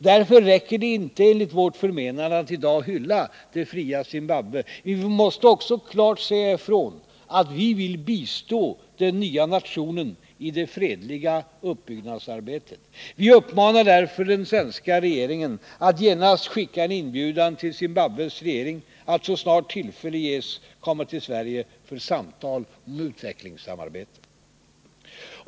Därför räcker det inte, enligt vårt förmenande, att i dag hylla det fria Zimbabwe. Vi måste också klart säga ifrån att vi vill bistå den nya nationen i det fredliga uppbyggnadsarbetet. Vi uppmanar därför den svenska regeringen att genast skicka en inbjudan till Zimbabwes regering om att så snart tillfälle ges komma till Sverige för samtal om utvecklingssamarbete.